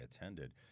attended